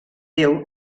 déu